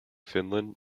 finland